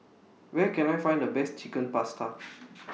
Where Can I Find The Best Chicken Pasta